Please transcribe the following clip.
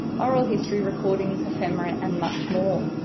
oral history recordings, ephemera and much more.